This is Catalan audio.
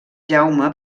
jaume